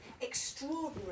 extraordinary